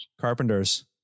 Carpenters